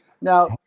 Now